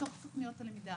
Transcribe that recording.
בתוך תכניות הלמידה,